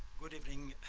good evening,